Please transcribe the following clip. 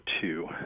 two